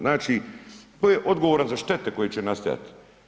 Znači tko je odgovoran za štete koje će nastajati?